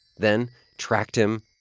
then tracked him,